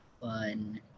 fun